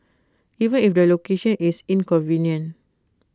even if the location is inconvenient